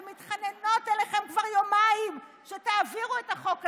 ומתחננות אליכם כבר יומיים שתעבירו את החוק הזה.